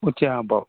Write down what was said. ഉച്ചയാകുമ്പോള്